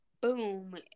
boom